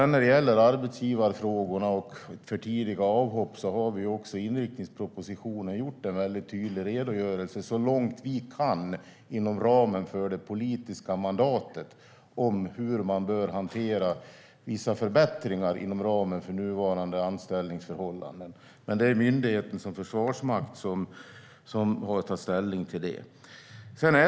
När det gäller arbetsgivarfrågorna och för tidiga avhopp har vi i inriktningspropositionen gett en tydlig redogörelse, så långt vi kan inom ramen för det politiska mandatet, för hur man bör hantera vissa förbättringar vad gäller nuvarande anställningsförhållanden, men det är Försvarsmakten som myndighet som har att ta ställning till det.